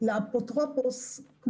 לאפוטרופוס הכללי,